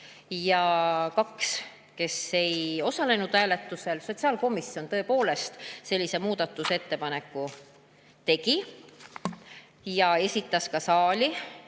ja 2, kes ei osalenud hääletusel, sotsiaalkomisjon tõepoolest sellise muudatusettepaneku tegi ja esitas ka saali.